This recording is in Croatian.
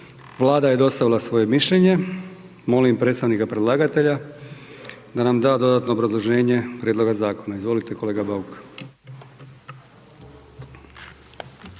Vlada je dostavila svoje mišljenje, molim predstavnika predlagatelja da nam da dodatno obrazloženje prijedloga zakona, izvolite kolega Bauk.